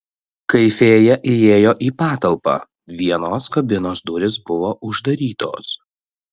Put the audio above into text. kai fėja įėjo į patalpą vienos kabinos durys buvo uždarytos